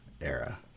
era